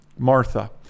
Martha